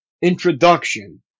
Introduction